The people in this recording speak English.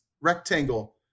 rectangle